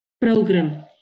Program